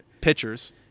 pitchers